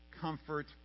comfort